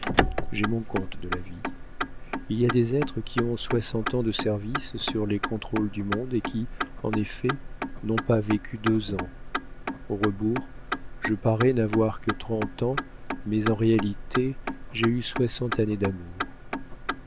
j'ai mon compte de la vie il y a des êtres qui ont soixante ans de service sur les contrôles du monde et qui en effet n'ont pas vécu deux ans au rebours je parais n'avoir que trente ans mais en réalité j'ai eu soixante années d'amours